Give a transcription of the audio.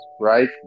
right